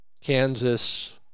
Kansas